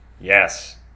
Yes